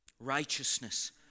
righteousness